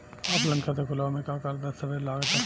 Offline खाता खुलावे म का का दस्तावेज लगा ता?